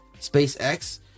SpaceX